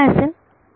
तर हे काय असेल